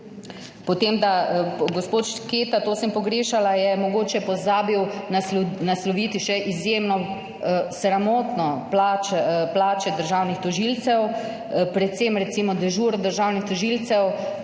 dejanj. Gospod Šketa, to sem pogrešala, je mogoče pozabil nasloviti še izjemno sramotne plače državnih tožilcev, predvsem recimo dežurstva državnih tožilcev,